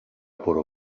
پرو